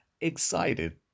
Excited